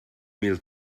mil